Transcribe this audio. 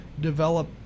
develop